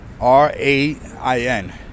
r-a-i-n